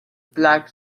black